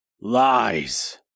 Lies